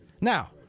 Now